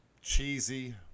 cheesy